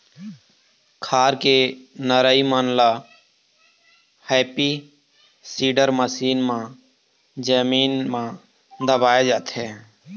खार के नरई मन ल हैपी सीडर मसीन म जमीन म दबाए जाथे